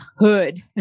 hood